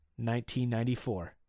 1994